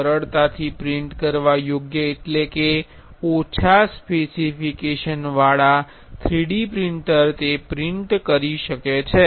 સરળતાથી પ્રિંટ કરવા યોગ્ય એટલે કે ઓછા સ્પેસિફિકેશન વાળા 3D પ્રિંટર તે પ્રિંટ કરી શકે છે